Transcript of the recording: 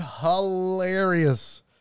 hilarious